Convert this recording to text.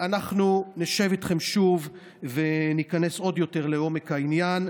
אנחנו נשב איתכם שוב וניכנס עוד יותר לעומק העניין,